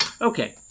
Okay